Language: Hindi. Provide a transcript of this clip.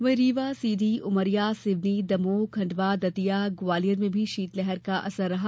वहीं रीवा सीधी उमरिया सिवनी दमोह खंडवा दतिया और ग्वालियर में भी शीतलहर का असर रहा